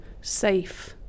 safe